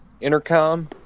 intercom